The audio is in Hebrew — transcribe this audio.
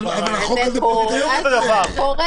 אבל זה קורה.